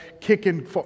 kicking